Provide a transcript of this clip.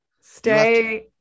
stay